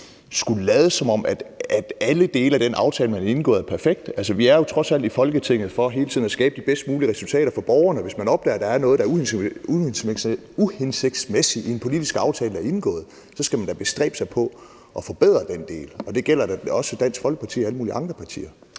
skulle lade, som om alle dele af den aftale, man har indgået, er perfekte. Vi er jo trods alt i Folketinget for hele tiden at skabe de bedst mulige resultater for borgerne. Hvis man opdager, at der er noget, der er uhensigtsmæssigt i en politisk aftale, der er indgået, så skal man da bestræbe sig på at forbedre den del, og det gælder da også Dansk Folkeparti og alle mulige andre partier.